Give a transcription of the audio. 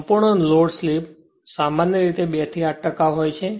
સંપૂર્ણ load slip સામાન્ય રીતે 2 થી 8 ટકા હોય છે